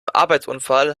arbeitsunfall